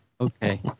Okay